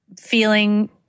feeling